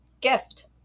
gift